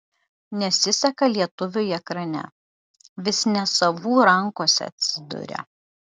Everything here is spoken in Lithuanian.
nesiseka lietuviui ekrane vis ne savų rankose atsiduria